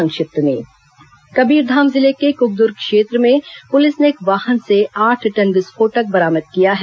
संक्षिप्त समाचार कबीरधाम जिले के क्कद्र क्षेत्र में पुलिस ने एक वाहन से आठ टन विस्फोटक बरामद किया है